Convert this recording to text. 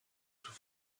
sous